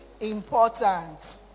important